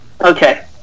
Okay